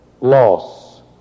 loss